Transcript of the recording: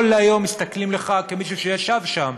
כל היום מסתכלים לך, כמישהו שישב שם,